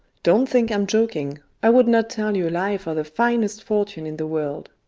don't think i'm joking i would not tell you a lie for the finest fortune in the world.